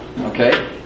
Okay